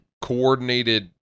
coordinated